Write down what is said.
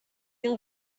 این